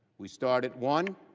we start at one